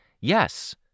yes